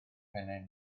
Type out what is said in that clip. pennau